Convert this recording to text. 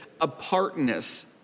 Apartness